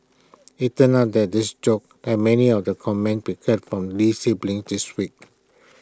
IT turns out that this joke like many of the comments we heard from lee siblings this week